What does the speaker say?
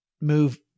move